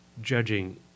judging